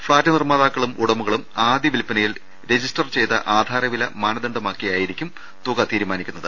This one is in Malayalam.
ഫ്ളാറ്റ് നിർമ്മാ താക്കളും ഉടമകളും ആദ്യവിൽപനയിൽ രജിസ്ടർ ചെയ്ത ആധാരവില മാനദണ്ഡമാക്കിയായിരിക്കും തുക തീരുമാനിക്കുന്നത്